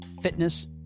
fitness